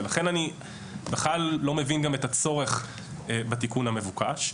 לכן אני בכלל לא מבין גם את הצורך בתיקון המבוקש.